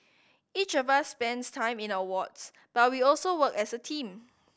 each of us spends time in our wards but we also work as a team